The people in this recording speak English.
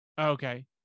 Okay